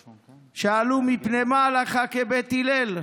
שאלו: מפני מה הלכה כבית הלל?